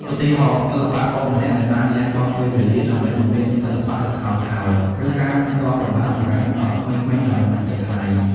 ឧទាហរណ៍ សិល្បករម្នាក់ដែលបានលះបង់ពេលវេលាដើម្បីបង្រៀនសិល្បៈល្ខោនខោល ឬការរាំរបាំបុរាណដល់ក្មេងៗដោយមិនគិតថ្លៃ។